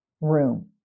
room